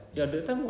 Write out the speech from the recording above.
mm